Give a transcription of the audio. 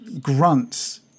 grunts